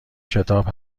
کتاب